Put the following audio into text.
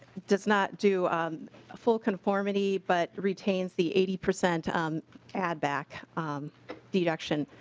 does not do um full conformity but retains the eighty percent um add back deduction.